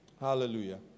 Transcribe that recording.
Hallelujah